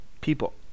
people